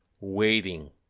waiting